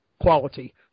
quality